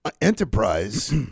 Enterprise